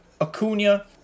Acuna